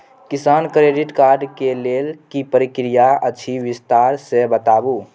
किसान credit card के लेल की प्रक्रिया अछि विस्तार से बताबू?